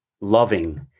loving